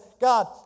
God